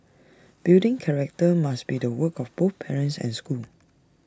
building character must be the work of both parents and schools